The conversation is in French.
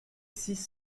six